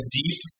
deep